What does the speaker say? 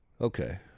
okay